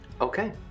Okay